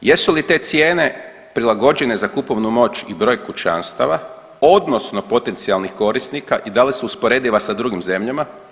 Jesu li te cijene prilagođene za kupovnu moći i broj kućanstava odnosno potencijalnih korisnika i da li usporediva sa drugim zemljama?